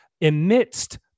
Amidst